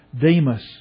Demas